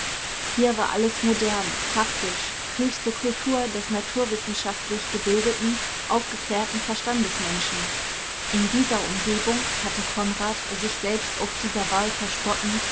hier war alles modern praktisch höchste kultur des naturwissenschaftlich gebildeten aufgeklärten verstandesmenschen in dieser umgebung hatte konrad sich selbst ob dieser wahl verspottend